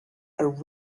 are